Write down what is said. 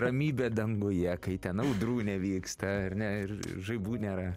ramybė danguje kai ten audrų nevyksta ar ne ir žaibų nėra